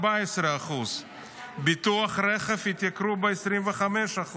14%; ביטוח רכב התייקר ב-25%;